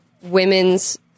women's